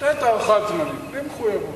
לתת הערכת זמנים בלי מחויבות.